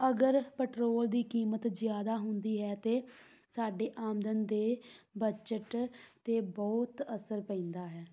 ਅਗਰ ਪੈਟਰੋਲ ਦੀ ਕੀਮਤ ਜ਼ਿਆਦਾ ਹੁੰਦੀ ਹੈ ਤਾਂ ਸਾਡੇ ਆਮਦਨ ਦੇ ਬਜਟ 'ਤੇ ਬਹੁਤ ਅਸਰ ਪੈਂਦਾ ਹੈ